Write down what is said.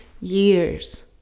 years